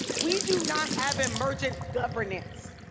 we do not have emergent governance.